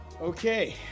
Okay